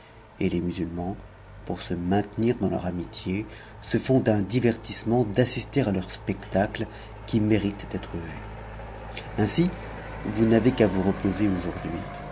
et les musulmans pour se maintenir dans leur amitié se ont un d tissement d'assister à leurs spectacles qui méritent d'être vus a'm vous n'avez qu'à vous reposer aujourd'hui